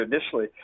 initially